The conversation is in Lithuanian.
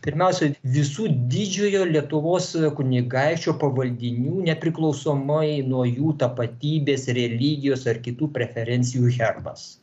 pirmiausia visų didžiojo lietuvos kunigaikščio pavaldinių nepriklausomai nuo jų tapatybės religijos ar kitų preferencijų herbas